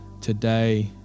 today